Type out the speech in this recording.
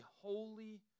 holy